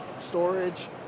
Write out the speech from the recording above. storage